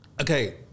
okay